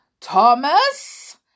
Thomas